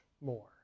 more